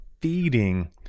feeding